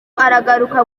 aragaruka